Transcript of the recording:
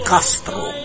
Castro